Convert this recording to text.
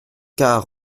car